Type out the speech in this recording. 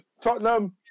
Tottenham